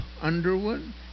Underwood